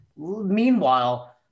Meanwhile